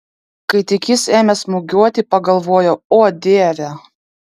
kai tik jis ėmė smūgiuoti pagalvojau o dieve